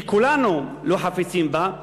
שכולנו לא חפצים בה,